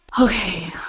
Okay